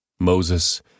Moses